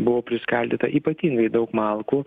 buvo priskaldyta ypatingai daug malkų